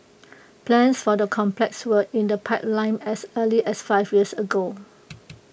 plans for the complex were in the pipeline as early as five years ago